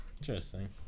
interesting